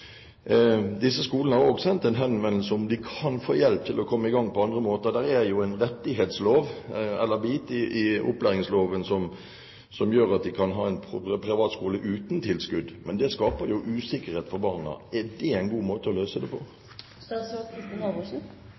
Disse skolene har også sendt en henvendelse med spørsmål om de kan få hjelp til å komme i gang på andre måter. Det er en rettighetsbit i opplæringsloven som gjør at man kan ha en privat skole uten tilskudd, men det skaper usikkerhet for barna. Er det en god måte å løse det på?